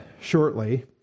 shortly